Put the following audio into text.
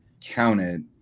counted